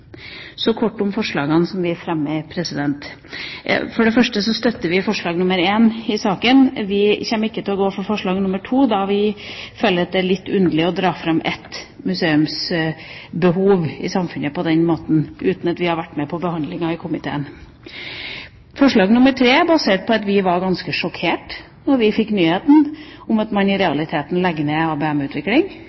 Så kort om forslagene som vi fremmer. For det første støtter vi forslag nr. 1 i saken. Vi kommer ikke til å gå for forslag nr. 2, da vi føler at det er litt underlig å trekke fram ett museumsbehov i samfunnet på den måten, uten at vi har vært med på behandlingen i komiteen. Forslag nr. 3 er basert på at vi var ganske sjokkert da vi fikk nyheten om at man i realiteten legger ned